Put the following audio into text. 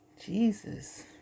Jesus